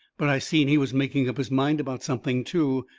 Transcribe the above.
but i seen he was making up his mind about something, too.